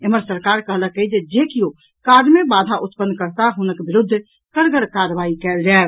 एम्हर सरकार कहलक अछि जे जे कियो काज मे बाधा उत्पन्न करताह हुनक विरूद्व कड़गर कार्रवाई कयल जायत